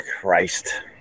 christ